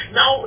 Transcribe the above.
Now